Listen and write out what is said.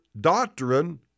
doctrine